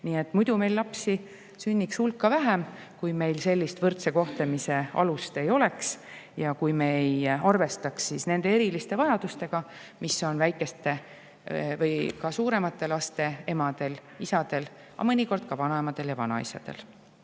meetmed. Muidu meil lapsi sünniks hulka vähem, kui meil sellist võrdse kohtlemise alust ei oleks ja kui me ei arvestaks nende eriliste vajadustega, mis on väikeste või ka suuremate laste emadel-isadel, aga mõnikord ka vanaemadel ja vanaisadel.